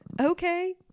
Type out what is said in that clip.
okay